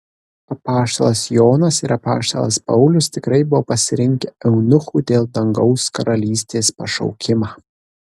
apaštalas jonas ir apaštalas paulius tikrai buvo pasirinkę eunuchų dėl dangaus karalystės pašaukimą